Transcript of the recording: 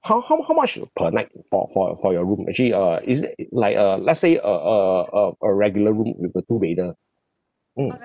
how how m~ how much uh per night uh for for for your room actually uh is it like uh let's say uh uh uh a regular room with a two bedder mm